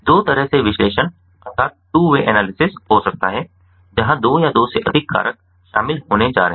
दो तरह से विश्लेषण हो सकता है जहां दो या दो से अधिक कारक शामिल होने जा रहे हैं